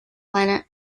planet